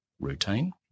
routine